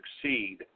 succeed